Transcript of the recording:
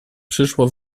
przyszło